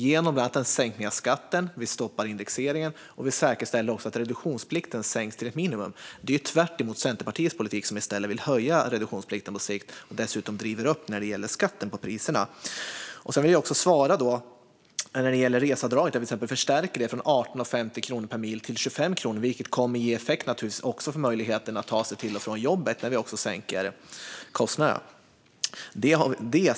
Vi inför en sänkning av skatten, vi stoppar indexeringen och vi säkerställer att reduktionsplikten sänks till ett minimum. Det är tvärtemot Centerpartiets politik, där man i stället vill höja reduktionsplikten på sikt och dessutom driver upp skatten på priserna. Sedan vill jag svara när det gäller reseavdraget att vi förstärker det från 18,50 kronor per mil till 25. Detta kommer naturligtvis att få effekt på möjligheterna att ta sig till och från jobbet när vi också sänker kostnaderna.